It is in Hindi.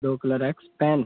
दो कलर एक्स पेन